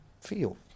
feel